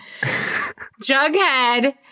Jughead